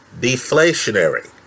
deflationary